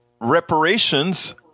reparations